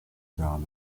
gar